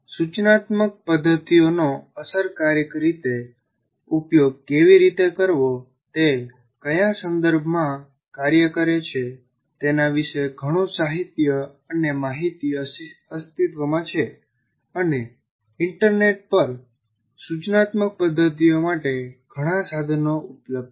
સૂચનાત્મક પદ્ધતિઓનો અસરકારક રીતે ઉપયોગ કેવી રીતે કરવો તે કયા સંદર્ભમાં કાર્ય કરે છે તેના વિશે ઘણું સાહિત્ય અને માહિતી અસ્તિત્વમાં છે અને ઇન્ટરનેટ પર સૂચનાત્મક પદ્ધતિઓ માટે ઘણાં સાધનો ઉપલબ્ધ છે